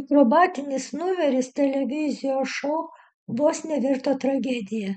akrobatinis numeris televizijos šou vos nevirto tragedija